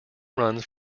runs